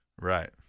Right